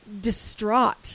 distraught